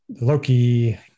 loki